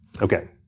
Okay